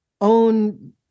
own